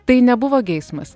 tai nebuvo geismas